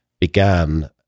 began